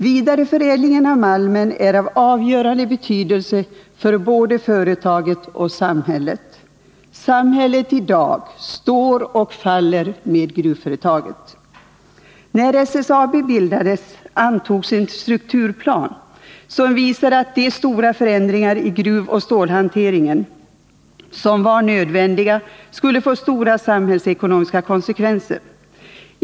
Vidareförädlingen av malmen är av avgörande betydelse för både företaget och samhället. Samhället i dag står och faller med gruvföretaget. När SSAB bildades antogs en strukturplan som visade att de stora förändringar i gruvoch stålhanteringen som var nödvändiga skulle få omfattande samhällsekonomiska konsekvenser.